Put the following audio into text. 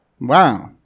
Wow